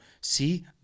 See